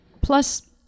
plus